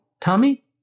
Tommy